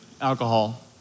alcohol